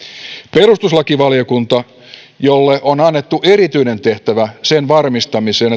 perustuslakivaliokunta jolle on annettu erityinen tehtävä sen varmistamiseen